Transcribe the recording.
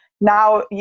Now